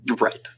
Right